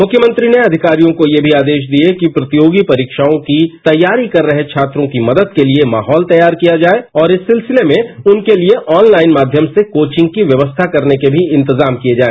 मुख्यमंत्री ने अधिकारियों को ये भी आर्देश दिए कि प्रतियोगी परीबाब्रों की तैयारी कर रहे छात्रों की मदद के लिए माहौल तैयार किया जाए और इस सिलसिले में उनके लिए ऑनलाइन माध्यम से कोचिंग की व्यवस्था करने के भी इंतजाम किए जाए